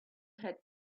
had